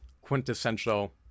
quintessential